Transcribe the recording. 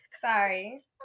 sorry